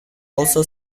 also